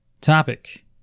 topic